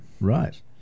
Right